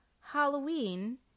Halloween